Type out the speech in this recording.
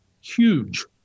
huge